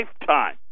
lifetime